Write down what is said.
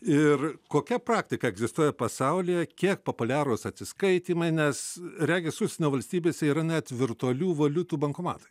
ir kokia praktika egzistuoja pasaulyje kiek populiarūs atsiskaitymai nes regis užsienio valstybėse yra net virtualių valiutų bankomatai